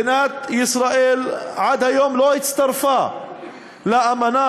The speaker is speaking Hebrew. עד היום מדינת ישראל לא הצטרפה לאמנה